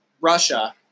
Russia